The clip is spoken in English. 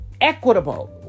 equitable